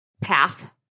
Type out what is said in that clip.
path